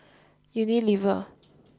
Unilever